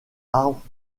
arbre